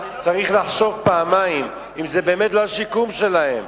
צריך לחשוב פעמיים אם זה באמת לא השיקום שלהם.